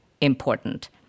important